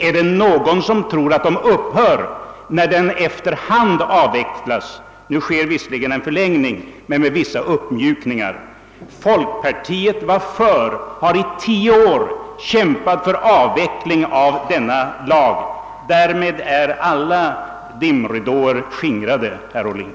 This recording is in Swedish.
Är det någon som tror att de upphör när den efter hand avvecklas? Nu blir det visserligen en förlängning, men den innebär likväl vissa uppmjukningar. Folkpartiet har i tio år kämpat för avveckling av denna lag. Med detta konstaterande är alla dimridåer skingrade, herr Ohlin.